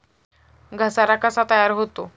घसारा कसा तयार होतो?